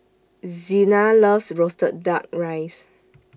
Zina loves Roasted Duck Rice